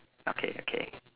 okay okay